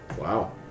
Wow